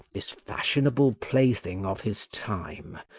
this fashionable plaything of his time,